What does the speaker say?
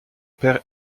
père